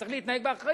צריך להתנהג באחריות,